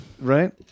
Right